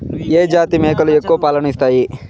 ఏ జాతి మేకలు ఎక్కువ పాలను ఇస్తాయి?